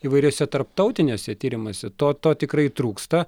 įvairiuose tarptautiniuose tyrimuose to to tikrai trūksta